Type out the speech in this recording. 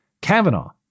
Kavanaugh